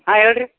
ಹಾಂ ಹೇಳಿರಿ